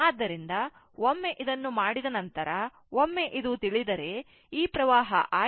ಆದ್ದರಿಂದ ಒಮ್ಮೆ ಇದನ್ನು ಮಾಡಿದ ನಂತರ ಒಮ್ಮೆ ಇದು ತಿಳಿದರೆ ಈ ವಿದ್ಯುತ್ ಹರಿವು i ಮತ್ತು ಇದು i 0 ಆಗಿರುತ್ತದೆ